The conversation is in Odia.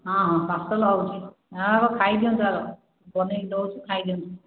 ହଁ ହଁ ପାର୍ସଲ୍ ହେଉଛି ହଁ ଆଗ ଖାଇ ଦିଅନ୍ତୁ ଆଗ ବନେଇକି ଦେଉଛି ଖାଇ ଦିଅନ୍ତୁ